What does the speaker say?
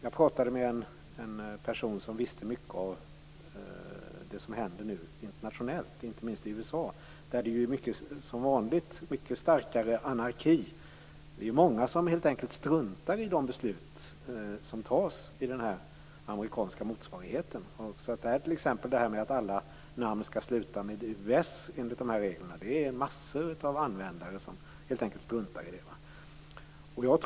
Jag pratade med en person som visste mycket om det som händer internationellt, inte minst i USA, där det som vanligt är mycket starkare anarki. Det är många som helt enkelt struntar i de beslut som fattas i den amerikanska motsvarigheten. Att t.ex. alla namn enligt de här reglerna skall sluta med .us är det massor av användare som helt enkelt struntar i.